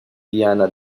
viana